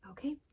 Okay